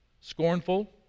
scornful